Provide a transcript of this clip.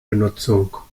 benutzung